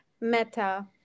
Meta